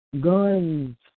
guns